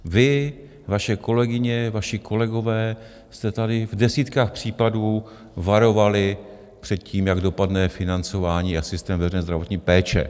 Vy, vaše kolegyně, vaši kolegové jste tady v desítkách případů varovali před tím, jak dopadne financování a systém veřejné zdravotní péče.